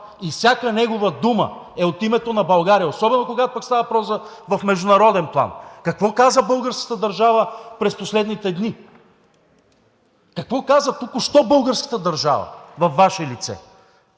и всяка негова дума е от името на България, особено пък когато става въпрос в международен план. Какво каза българската държава през последните дни? Какво каза току-що българската държава във Ваше лице?